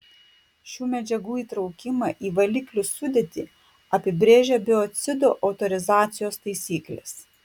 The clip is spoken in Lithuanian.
šių medžiagų įtraukimą į valiklių sudėtį apibrėžia biocidų autorizacijos taisyklės